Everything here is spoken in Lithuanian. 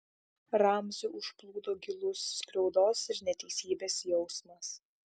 ramzį užplūdo gilus skriaudos ir neteisybės jausmas